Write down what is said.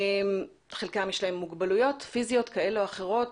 לחלקם יש מוגבלויות פיזיות כאלה או אחרות